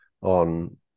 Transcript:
on